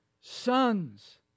sons